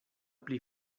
pli